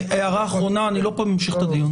הערה אחרונה, אני לא ממשיך את הדיון.